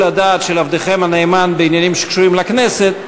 הדעת של עבדכם הנאמן בעניינים שקשורים לכנסת.